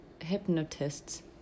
Hypnotist's